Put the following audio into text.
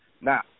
Now